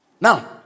Now